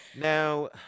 Now